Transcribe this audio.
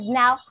now